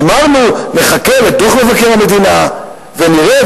אמרנו: נחכה לדוח מבקר המדינה ונראה,